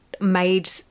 made